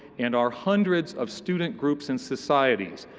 and our hundreds of student groups and societies,